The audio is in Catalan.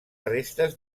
restes